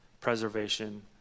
preservation